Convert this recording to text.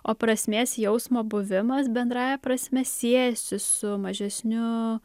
o prasmės jausmo buvimas bendrąja prasme siejasi su mažesniu